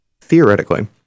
theoretically